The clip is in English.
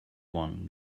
one